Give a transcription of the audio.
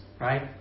right